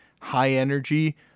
high-energy